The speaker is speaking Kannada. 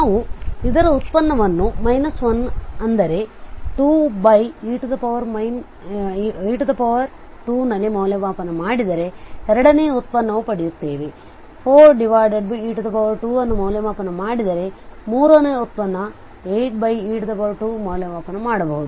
ನಾವು ಅದರ ಉತ್ಪನ್ನವನ್ನು 1 ಅಂದರೆ 2e2 ನಲ್ಲಿ ಮೌಲ್ಯಮಾಪನ ಮಾಡದರೆ ಎರಡನೇ ಉತ್ಪನ್ನವನ್ನು ಪಡೆಯುತ್ತೇವೆ 4e2ಅನ್ನು ಮೌಲ್ಯಮಾಪನ ಮಾಡಿದರೆ ಮೂರನೇ ಉತ್ಪನ್ನವನ್ನು 8e2 ಮೌಲ್ಯಮಾಪನ ಮಾಡಬಹುದು